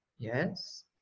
Yes